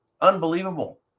Unbelievable